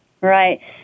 Right